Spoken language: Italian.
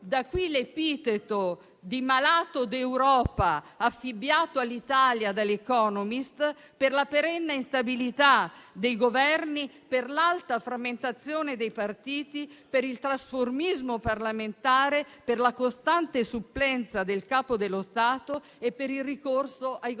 Da qui l'epiteto di malato d'Europa, affibbiato all'Italia dal giornale «The Economist», per la perenne instabilità dei Governi, per l'alta frammentazione dei partiti, per il trasformismo parlamentare, per la costante supplenza del Capo dello Stato e per il ricorso ai Governi